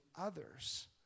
others